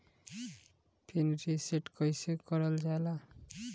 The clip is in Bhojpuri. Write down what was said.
पीन रीसेट कईसे करल जाला?